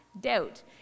doubt